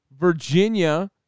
Virginia